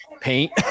paint